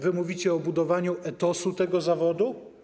Wy mówicie o budowaniu etosu tego zawodu?